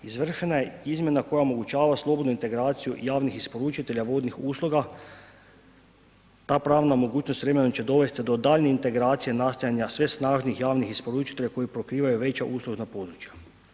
Izvršena je izmjena koja omogućava slobodnu integraciju javnih isporučitelja vodnih usluga, ta pravna mogućnost s vremenom će dovesti do daljnje integracije nastajanja sve snažnijih javnih isporučitelja koji pokrivaju veća uslužna područja.